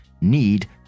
Need